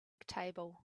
table